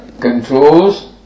controls